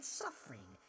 suffering